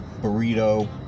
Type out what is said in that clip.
burrito